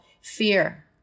Fear